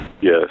yes